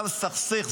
היה לסכסך,